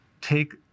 take